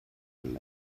play